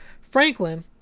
Franklin